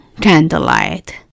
candlelight